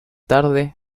tarde